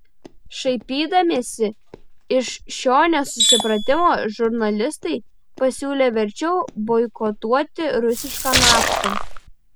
šaipydamiesi iš šio nesusipratimo žurnalistai pasiūlė verčiau boikotuoti rusišką naftą